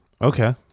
Okay